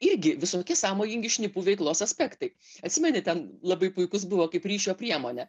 irgi visokie sąmojingi šnipų veiklos aspektai atsimeni ten labai puikus buvo kaip ryšio priemonė